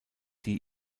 die